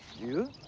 you?